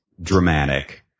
dramatic